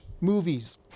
movies